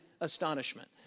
astonishment